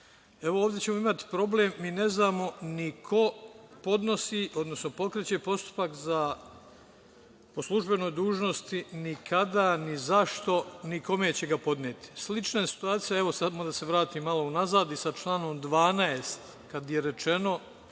Ovde ćemo imati problem, jer mi ne znamo ni ko podnosi, odnosno pokreće postupak po službenoj dužnosti, ni kada, ni zašto, ni kome će ga podneti. Slična je situacija, evo, sada mogu da se vratim malo unazad, i sa članom 12. kada je rečeno